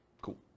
Cool